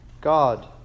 God